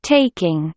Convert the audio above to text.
Taking